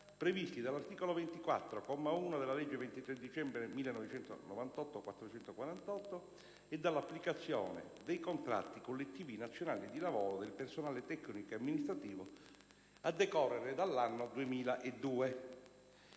previsti dall'articolo 24, comma 1, della legge 23 dicembre 1998, n. 448, e dall'applicazione dei contratti collettivi nazionali di lavoro del personale tecnico ed amministrativo a decorrere dall'anno 2002».